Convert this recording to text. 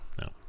no